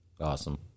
Awesome